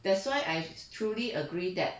that's why I truly agree that